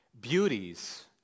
beauties